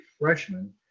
freshman